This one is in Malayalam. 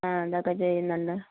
ആ അതൊക്കെ ചെയ്യുന്നുണ്ട്